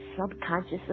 subconscious